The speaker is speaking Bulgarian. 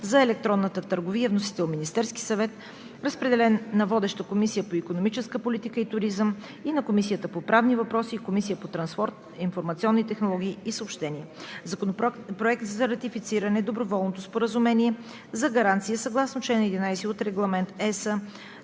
за електронната търговия. Вносител е Министерският съвет. Разпределен е на водещата Комисия по икономическа политика и туризъм и на Комисията по правни въпроси, Комисията по транспорт, информационни технологии и съобщения. Законопроект за ратифициране на доброволното споразумение между Европейската комисия и Република